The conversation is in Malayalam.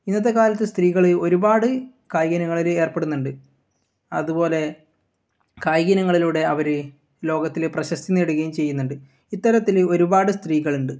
ഇന്നത്തെക്കാലത്ത് സ്ത്രീകൾ ഒരുപാട് കായിക ഇനങ്ങളിൽ ഏർപ്പെടുന്നുണ്ട് അതുപോലെ കായിക ഇനങ്ങളിലൂടെ അവർ ലോകത്തിൽ പ്രശസ്തി നേടുകയും ചെയ്യുന്നുണ്ട് ഇത്തരത്തിൽ ഒരുപാട് സ്ത്രീകളുണ്ട്